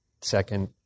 second